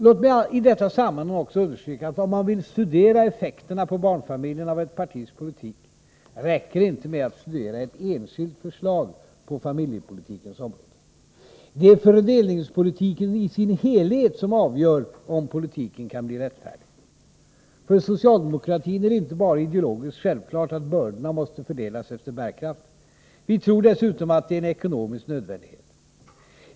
Låt mig i detta sammanhang också understryka att om man vill studera effekterna på barnfamiljerna av ett partis politik räcker det inte med att studera ett enskilt förslag på familjepolitikens område. Det är fördelningspolitiken i sin helhet som avgör om politiken är rättfärdig. För socialdemokratin är det inte bara ideologiskt självklart att bördorna måste fördelas efter bärkraft. Vi tror dessutom att det är en ekonomisk nödvändighet.